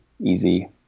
easy